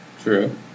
True